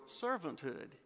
servanthood